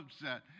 upset